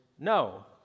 No